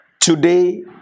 today